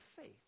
faith